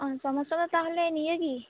ᱚ ᱥᱚᱢᱚᱥᱟ ᱫᱚ ᱛᱟᱦᱚᱞᱮ ᱱᱤᱭᱟᱹᱜᱮ